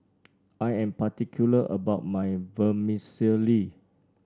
I am particular about my Vermicelli